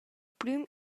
prüm